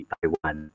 Taiwan